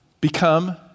become